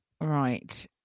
right